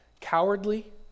cowardly